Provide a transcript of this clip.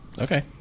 Okay